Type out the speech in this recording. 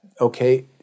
okay